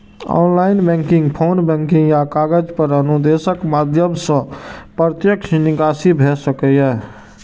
online banking, phone banking या कागज पर अनुदेशक माध्यम सं प्रत्यक्ष निकासी भए सकैए